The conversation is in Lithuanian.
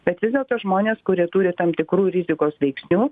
bet vis dėlto žmonės kurie turi tam tikrų rizikos veiksnių